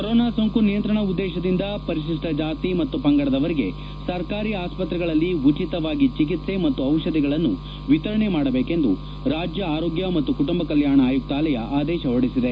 corona ಸೋಂಕು ನಿಯಂತ್ರಣ ಉದ್ದೇಶದಿಂದ ಪರಿಶಿಷ್ವ ಜಾತಿ ಮತ್ತು ಪಂಗಡದವರಿಗೆ ಸರ್ಕಾರಿ ಆಸ್ಪತ್ರೆಗಳಲ್ಲಿ ಉಚಿತವಾಗಿ ಚಿಕಿತ್ಸೆ ಮತ್ತು ಔಷಧಿಗಳನ್ನು ವಿತರಣೆ ಮಾಡಬೇಕೆಂದು ರಾಜ್ಯ ಆರೋಗ್ಯ ಮತ್ತು ಕುಟುಂಬ ಕಲ್ಯಾಣ ಆಯುಕಾಲಯ ಆದೇಶ ಹೊರಡಿಸಿದೆ